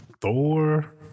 Thor